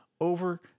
over